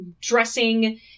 Dressing